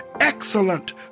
excellent